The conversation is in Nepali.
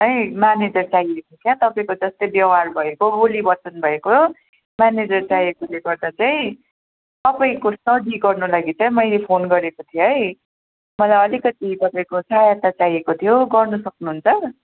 है म्यानेजर चाहिएको छ तपाईँको जस्तै व्यवहार भएको बोलीवचन भएको म्यानेजर चाहिएकोले गर्दा चाहिँ तपाईँको स्टडी गर्नु लागि चाहिँ मैले फोन गरेको थिएँ है मलाई अलिकति तपाईँको सहायता चाहिएको थियो गर्नु सक्नुहुन्छ